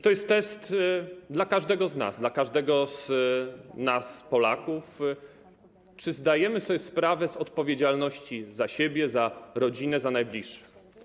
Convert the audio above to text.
To jest test dla każdego z nas, dla każdego z nas, Polaków, czy zdajemy sobie sprawę z odpowiedzialności za siebie, za rodzinę, za najbliższych.